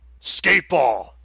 skateball